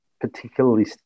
particularly